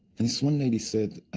and this one lady said,